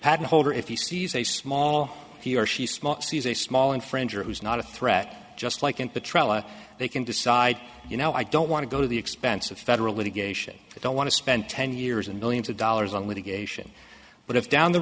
patent holder if he sees a small he or she small sees a small infringer who's not a threat just like in the trial and they can decide you know i don't want to go to the expense of federal litigation i don't want to spend ten years and millions of dollars on litigation but if down the